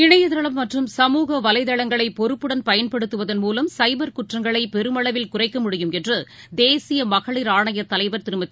இணையதளம் மற்றும் சமூக வலைதளங்களைபொறுப்புடன் பயன்படுத்துவதன் மூலம் சைபர் குற்றங்களைபெருமளவில் குறைக்க முடியும் என்றுதேசியமகளிர் திருமதி